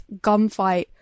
Gunfight